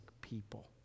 people